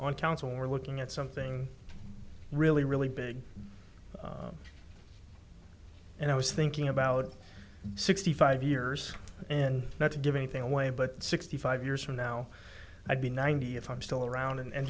on town so we're looking at something really really big and i was thinking about sixty five years and not to give anything away but sixty five years from now i'll be ninety if i'm still around and